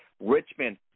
Richmond